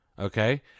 Okay